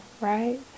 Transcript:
right